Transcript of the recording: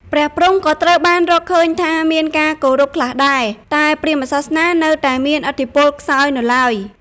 ព្រះព្រហ្ម ក៏ត្រូវបានរកឃើញថាមានការគោរពខ្លះដែរ តែព្រាហ្មណ៍សាសនានៅមានឥទ្ធិពលខ្សោយនៅឡើយ។